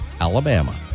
Alabama